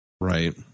Right